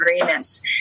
agreements